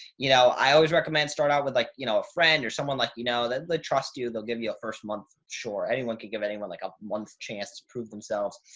you know, i always recommend start out with like, you know, a friend or someone like you know that they trust you, they'll give you a first month. sure. anyone could give anyone like ah a chance to prove themselves.